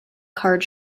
card